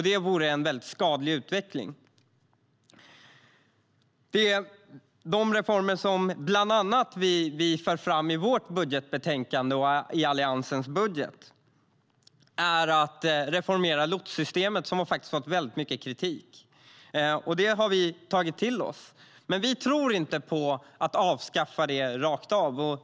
Det vore en väldigt skadlig utveckling. Något vi i Alliansen för fram i vårt budgetbetänkande är en reformering av lotssystemet. Detta system har fått väldigt mycket kritik, och den har vi tagit till oss. Men vi tror inte på att avskaffa det rakt av.